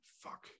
Fuck